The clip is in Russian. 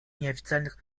неофициальных